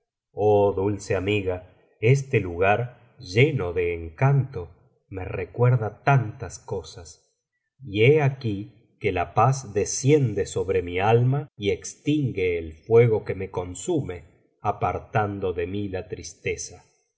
oh dulce amiga este lugar lleno de encanto me recuerda tantas cosas y he aquí que la paz desciende sobre mi alma y extingue el fuego que me consume apartando de mí la tristeza